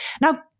Now